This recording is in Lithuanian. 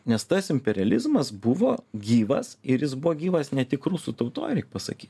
nes tas imperializmas buvo gyvas ir jis buvo gyvas ne tik rusų tautoj reik pasakyt